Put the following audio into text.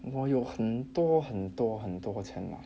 我有很多很多很多钱了